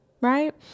right